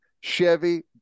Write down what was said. Chevy